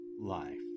life